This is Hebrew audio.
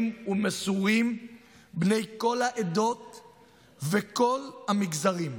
ומסורים בני כל העדות ומכל המגזרים.